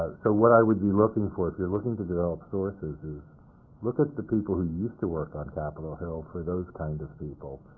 so what i would be looking for, if you're looking to develop sources, is look at the people who used to work on capitol hill for those kind of people.